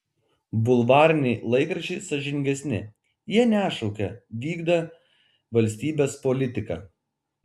bulvariniai laikraščiai sąžiningesni jie nešaukia vykdą valstybės politiką